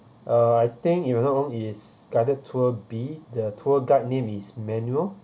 uh I think if I'm not wrong is guided tour B the tour guide name is manuel